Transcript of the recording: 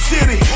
City